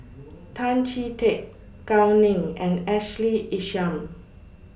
Tan Chee Teck Gao Ning and Ashley Isham